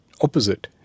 opposite